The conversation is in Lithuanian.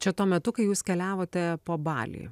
čia tuo metu kai jūs keliavote po balį